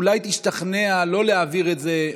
אולי תשתכנע לא להעביר את זה,